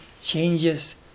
changes